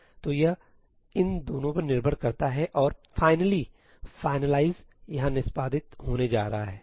तो यह इन दोनों पर निर्भर करता है और फाइनलीfinalize यहाँ निष्पादित होने जा रहा है